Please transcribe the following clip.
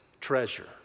treasure